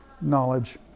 knowledge